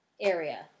area